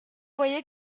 voyez